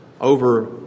over